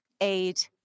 aid